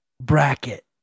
bracket